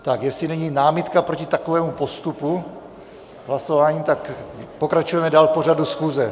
Tak jestli není námitka proti takovému postupu hlasování, pokračujeme dál v pořadu schůze.